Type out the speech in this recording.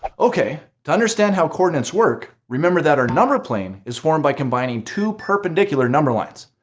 okay, to understand how coordinates work, remember that our number plane is formed by combining two perpendicular number lines.